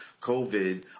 COVID